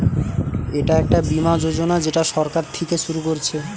এটা একটা বীমা যোজনা যেটা সরকার থিকে শুরু করছে